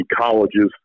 colleges